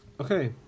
Okay